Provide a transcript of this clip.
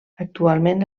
actualment